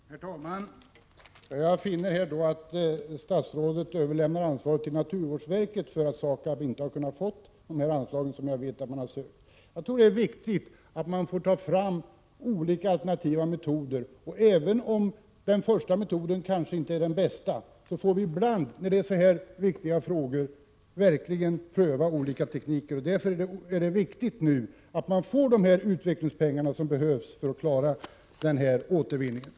Herr talman! Jag finner att statsrådet överlämnar ansvaret till naturvårdsverket för att SAKAB inte har kunnat få de anslag som har sökts. Det är viktigt att man får möjlighet att ta fram olika alternativa metoder. Om den första metoden kanske inte är den bästa, måste vi ibland, då det gäller så här viktiga frågor, ha möjlighet att pröva olika tekniker. Därför är det viktigt att de utvecklingspengar som behövs för att klara återvinningen nu ställs till förfogande.